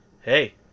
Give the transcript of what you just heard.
hey